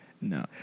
No